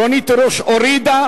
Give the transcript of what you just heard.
רונית תירוש הורידה.